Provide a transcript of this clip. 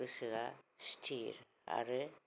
गोसोआ स्थिर आरो